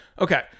Okay